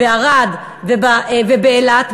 ערד ואילת,